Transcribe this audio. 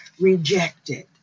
rejected